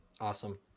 Awesome